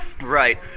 Right